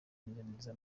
neza